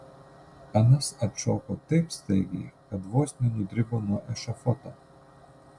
anas atšoko taip staigiai kad vos nenudribo nuo ešafoto